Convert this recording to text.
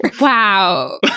Wow